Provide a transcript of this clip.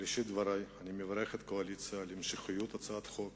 בראשית דברי אני מברך את הקואליציה על המשכיות הצעות החוק